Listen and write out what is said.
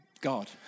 God